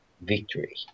victory